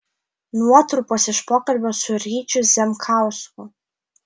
nuotrupos iš pokalbio su ryčiu zemkausku